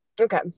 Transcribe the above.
Okay